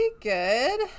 good